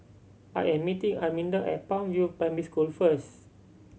I am meeting Arminda at Palm View Primary School first